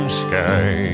sky